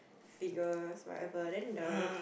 figures whatever then the